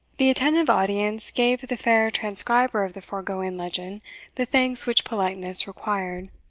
the attentive audience gave the fair transcriber of the foregoing legend the thanks which politeness required.